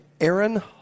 Aaron